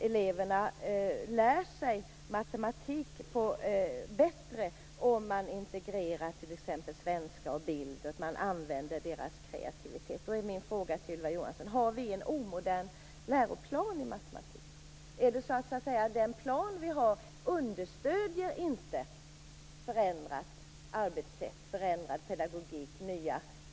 Eleverna lär sig matematik bättre om man t.ex. integrerar med svenska och bild och använder deras kreativitet. Då är min fråga till Ylva Johansson: Har vi en omodern läroplan i matematik? Är det så att den plan vi har inte understödjer ett förändrat arbetssätt, en förändrad pedagogik?